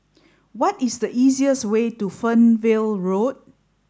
what is the easiest way to Fernvale Road